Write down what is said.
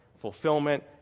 fulfillment